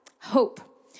Hope